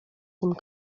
tym